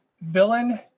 villain